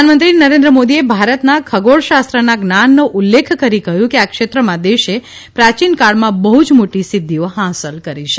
પ્રધાનમંત્રી મોદીએ ભારતના ખગોળશાસ્ત્રના જ્ઞાનનો ઉલ્લેખ કરી કહ્યું કે આ ક્ષેત્રમાં દેશે પ્રાચીન કાળમાં જ બહ્ મોટી સિદ્ધિઓ હાંસલ કરી હતી